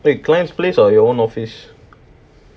wait client's place or your own office